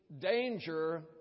danger